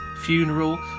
funeral